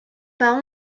pas